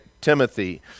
Timothy